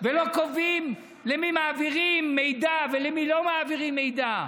ולא קובעים למי מעבירים מידע ולמי לא מעבירים מידע,